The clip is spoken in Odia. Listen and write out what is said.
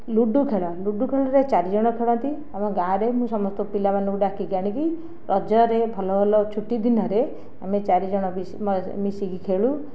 ଲୁଡ଼ୁ ଖେଳ ଲୁଡ଼ୁ ଖେଳରେ ଚାରି ଜଣ ଖେଳନ୍ତି ଆମ ଗାଁରେ ମୁଁ ସମସ୍ତ ପିଲାମାନଙ୍କୁ ଡାକିକି ଆଣିକି ରଜରେ ଭଲ ଭଲ ଛୁଟିଦିନରେ ଆମେ ଚାରିଜଣ ମିଶିକି ଖେଳୁ